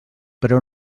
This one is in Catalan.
però